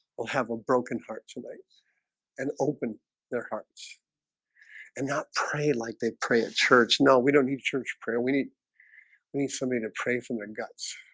will have a broken heart tonight and open their hearts and not pray like they pray a church. no, we don't need a church prayer. we need we need somebody to pray from their guts